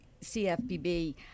CFPB